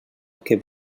que